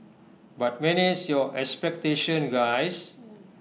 but manage your expectations guys